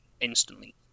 instantly